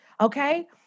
Okay